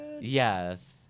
Yes